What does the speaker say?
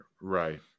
right